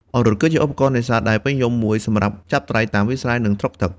អង្រុត គឺជាឧបករណ៍នេសាទដែលពេញនិយមមួយ សម្រាប់ចាប់ត្រីតាមវាលស្រែ និងថ្លុកទឹក។